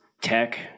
Tech